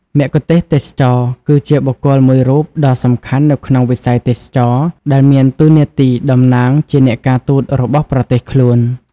មគ្គុទ្ទេសក៍ទេសចរគឺជាបុគ្គលមួយរូបដ៏សំខាន់នៅក្នុងវិស័យទេសចរណ៍ ដែលមានតួនាទីតំណាងជាអ្នកការទូតរបស់ប្រទេសខ្លួន។